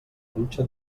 dutxa